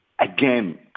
Again